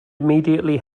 immediately